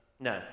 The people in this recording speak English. No